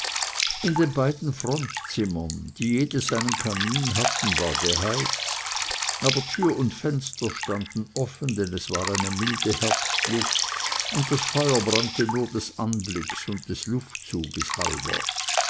in den beiden frontzimmern die jedes einen kamin hatten war geheizt aber tür und fenster standen auf denn es war eine milde herbstluft und das feuer brannte nur des anblicks und des luftzuges halber